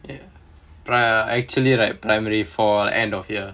ya pri~ actually right primary four end of year